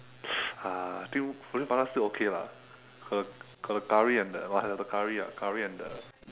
uh I think roti prata still okay lah got the got the curry and the must have the curry ah curry and the